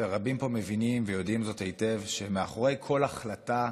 רבים פה מבינים ויודעים היטב שאחרי כל החלטה,